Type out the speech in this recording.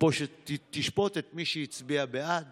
תשפוט את מי שהצביע בעד